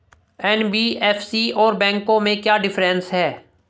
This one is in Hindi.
एन.बी.एफ.सी और बैंकों में क्या डिफरेंस है?